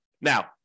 Now